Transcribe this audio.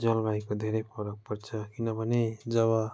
जलवायुको धेरै फरक पर्छ किनभने जब